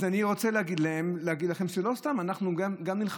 אני רוצה להגיד לכם שלא סתם אנחנו נלחמים,